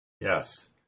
Yes